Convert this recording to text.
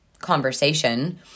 conversation